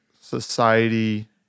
society